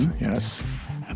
Yes